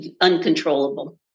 uncontrollable